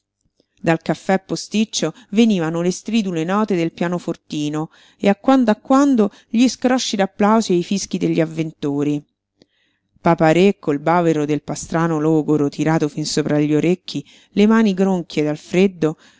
dal caffè posticcio venivano le stridule note del pianofortino e a quando a quando gli scrosci d'applausi e i fischi degli avventori papa-re col bavero del pastrano logoro tirato fin sopra gli orecchi le mani gronchie dal freddo